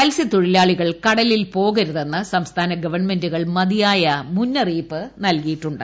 മത്സ്യതൊഴിലാളികൾ കടലിൽ പോകരുതെന്ന് സംസ്ഥാന ഗവൺമെൻ്റുകൾ മതിയായ മുന്നറിയിപ്പ് നൽകിയിട്ടുണ്ട്